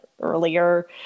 earlier